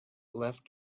left